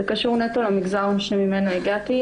זה קשור נטו למגזר שממנו הגעתי.